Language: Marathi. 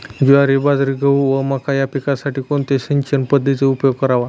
ज्वारी, बाजरी, गहू व मका या पिकांसाठी कोणत्या सिंचन पद्धतीचा उपयोग करावा?